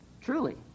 Truly